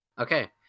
Okay